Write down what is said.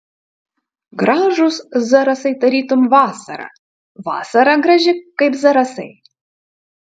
gražūs zarasai tarytum vasara vasara graži kaip zarasai